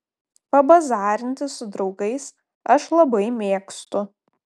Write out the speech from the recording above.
pabazarinti su draugais aš labai mėgstu